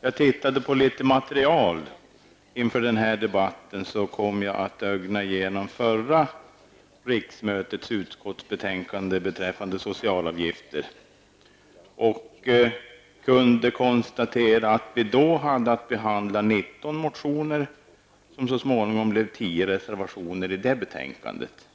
jag inför den här debatten gick igenom en del material kom jag att ögna igenom förra riksmötets utskottsbetänkande beträffande socialavgifter. Jag kunde konstatera att vi då hade att behandla 19 motioner, som så småningom utmynnade i 10 reservationer i betänkandet.